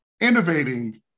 innovating